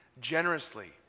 generously